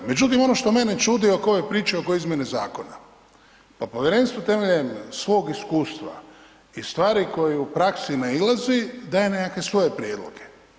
Međutim, ono što mene čudi oko ove priče oko izmjene zakona, pa Povjerenstvo temeljem svog iskustva i stvari na koje u praksi nailazi daje nekakve svoje prijedloge.